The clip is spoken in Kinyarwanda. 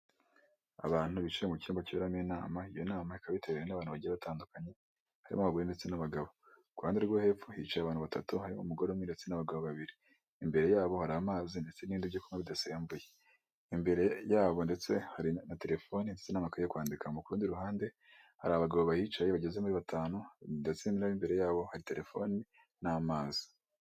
Abantu bicaye mu cyumba cyibera mo inama. Iyo nama ikaba yitabiriwe n' abantu bajyiye batandukanye, harimo abagore ndetse n'abagabo. Ku ruhande rwo hepfo hiciye abantu batatu hari umugore umwe ndetse n'abagabo babiri, imbere yabo hari amazi ndetse n'ibyo kunywa bidasembuye, imbere yabo ndetse hari na telefoni ndetse n'amakaye yo kwandikamo, ku rundi ruhande hari abagabo bahicaye bageze kuri batanu ndetse nabo imbere yabo hari telefoni n'amazi.